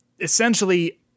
essentially